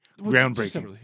groundbreaking